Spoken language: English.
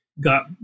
got